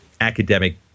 academic –